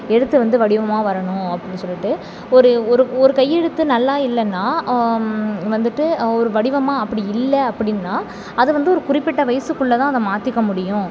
எழுத்து வந்து வடிவமாக வரணும் அப்படின்னு சொல்லிவிட்டு ஒரு ஒரு ஒரு கையெழுத்து நல்லா இல்லைனா வந்துவிட்டு ஒரு வடிவமாக அப்படி இல்லை அப்படின்னா அதை வந்து ஒரு குறிப்பிட்ட வயதுக்குள்ள தான் அதை மாற்றிக்க முடியும்